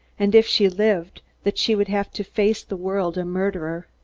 and if she lived, that she would have to face the world a murderer.